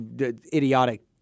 idiotic